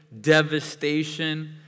devastation